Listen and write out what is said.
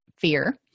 fear